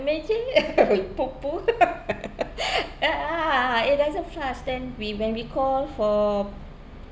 poo poo ya ah it doesn't flush then we when we call for